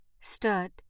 stood